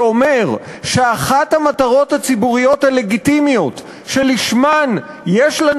שאומר שאחת המטרות הציבוריות הלגיטימיות שלשמן יש לנו